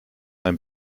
ein